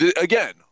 again